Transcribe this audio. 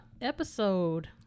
episode